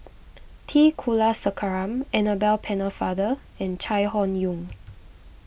T Kulasekaram Annabel Pennefather and Chai Hon Yoong